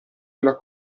della